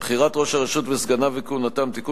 (בחירת ראש הרשות וסגניו וכהונתם) (תיקון